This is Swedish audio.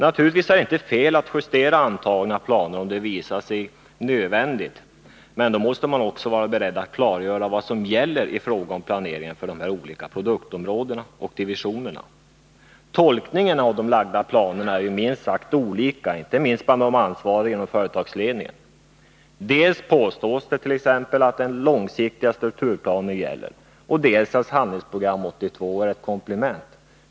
Naturligtvis är det inte fel att justera antagna planer, om det visar sig nödvändigt. Men då måste man också vara beredd att klargöra vad som gäller i fråga om planeringen för de olika produktområdena och divisionerna. Tolkningarna av de lagda planerna är olika, inte minst bland de ansvariga i företagsledningen. Det påstås dels att den långsiktiga strukturplanen gäller, dels att Handlingsprogram 82 är ett komplement.